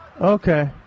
Okay